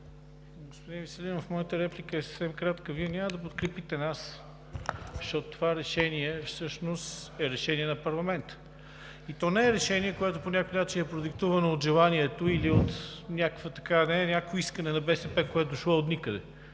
Господин Веселинов, моята реплика е съвсем кратка. Вие няма да подкрепите нас, защото това решение всъщност ще е решение на парламента и то не е решение, което по някакъв начин е продиктувано от желание и не е някакво искане на БСП, което е дошло отникъде.